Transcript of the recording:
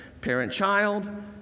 parent-child